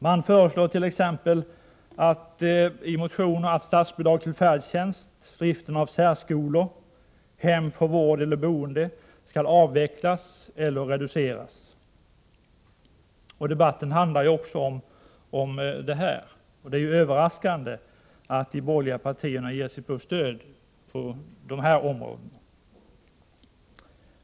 Man föreslår t.ex. i motioner att statsbidrag till färdtjänst, driften av särskolor och hem för vård eller boende skall avvecklas eller reduceras. Debatten handlar också om detta, och det är överraskande att de borgerliga partierna ger sig på samhällets stödåtgärder på de här områdena.